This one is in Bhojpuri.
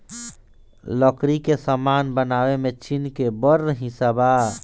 लकड़ी के सामान बनावे में चीन के बड़ हिस्सा बा